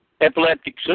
Epileptic